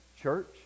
Church